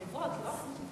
הדוברות, לא?